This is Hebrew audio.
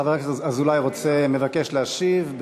חבר הכנסת אזולאי רוצה, מבקש להשיב,